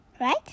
Right